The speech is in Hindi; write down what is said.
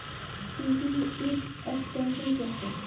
कृषि में ई एक्सटेंशन क्या है?